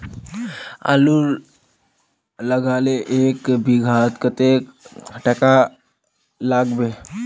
आलूर लगाले एक बिघात कतेक टका लागबे?